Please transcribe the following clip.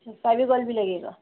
اچھا فیویکول بھی لگے گا